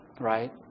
right